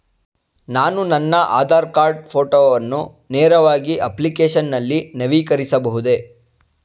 ನಾನು ನನ್ನ ಆಧಾರ್ ಕಾರ್ಡ್ ಫೋಟೋವನ್ನು ನೇರವಾಗಿ ಅಪ್ಲಿಕೇಶನ್ ನಲ್ಲಿ ನವೀಕರಿಸಬಹುದೇ?